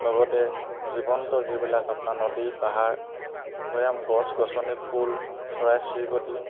লগতে জীৱন্ত যিবিলাক আপোনাৰ নদী পাহাৰ ভৈয়াম গছ গছনি ফুল চৰাই চিৰিকটি